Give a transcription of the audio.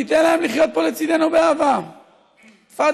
ניתן להם לחיות פה לצידנו באהבה, תפדלו.